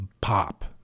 pop